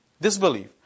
Disbelief